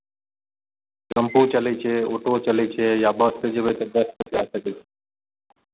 tempo चलै छै auto चलै छै या बससँ जेबै तऽ बससँ जा सकै छी